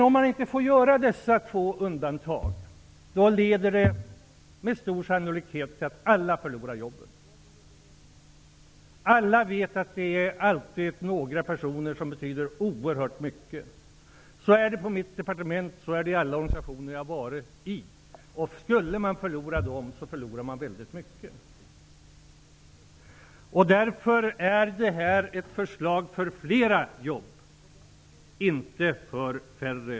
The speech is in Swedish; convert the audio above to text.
Om man inte får göra dessa två undantag leder det med stor sannolikhet till att alla förlorar jobben. Alla vet att det alltid finns några personer som betyder oerhört mycket. Så är det på mitt departement, och så är det i alla organisationer där jag har arbetat. Skulle man förlora dem förlorar man väldigt mycket. Därför är detta ett förslag för flera jobb, inte färre.